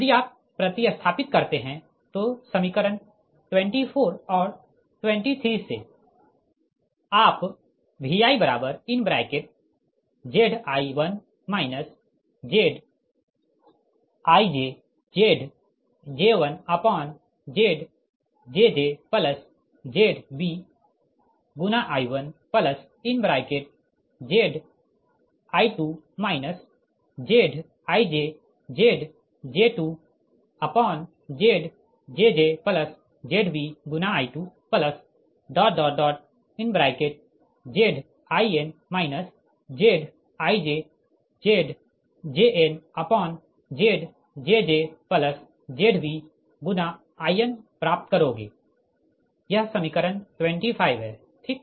यदि आप प्रति स्थापित करते है तो समीकरण 24 और 23 से आप ViZi1 ZijZj1ZjjZbI1Zi2 ZijZj2ZjjZbI2Zin ZijZjnZjjZbIn प्राप्त करोगें यह समीकरण 25 है ठीक